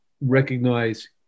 recognize